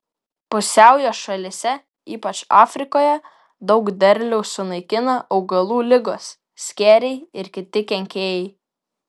pusiaujo šalyse ypač afrikoje daug derliaus sunaikina augalų ligos skėriai ir kiti kenkėjai